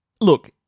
look